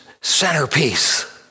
centerpiece